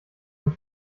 ein